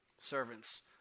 servants